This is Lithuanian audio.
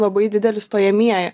labai dideli stojamieji